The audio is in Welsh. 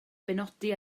benodi